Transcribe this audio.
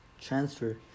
transfer